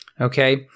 okay